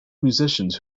musicians